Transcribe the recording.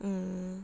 mm